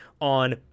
on